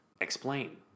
explain